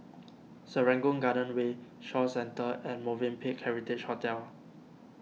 Serangoon Garden Way Shaw Centre and Movenpick Heritage Hotel